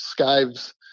skives